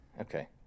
Okay